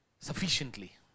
sufficiently